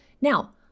Now